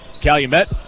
Calumet